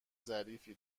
ظریفی